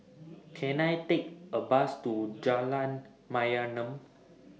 Can I Take A Bus to Jalan Mayaanam